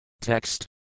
Text